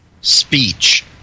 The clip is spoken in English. speech